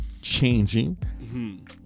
changing